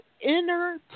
inner